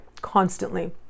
constantly